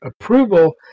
approval